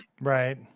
Right